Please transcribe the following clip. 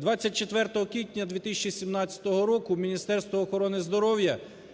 24 квітня 2017 року Міністерство охорони здоров'я